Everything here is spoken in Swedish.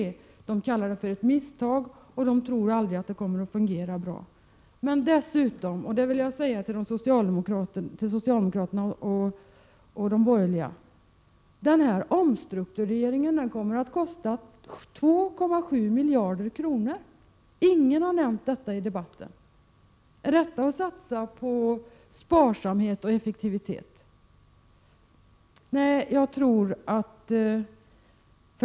Man kallar den ett misstag, och man tror att organisationen aldrig kommer att fungera bra. 37 Dessutom — och det vill jag säga till socialdemokraterna och de borgerliga — kommer omstruktureringen att kosta 2,7 miljarder kronor. Ingen har nämnt det i debatten. Är detta att satsa på sparsamhet och effektivitet?